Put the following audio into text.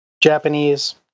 Japanese